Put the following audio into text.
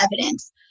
evidence